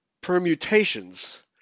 permutations